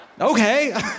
Okay